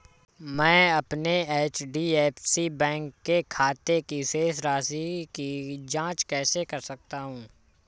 मैं अपने HDFC bank के खाते की शेष राशि की जाँच कैसे कर सकता हूँ?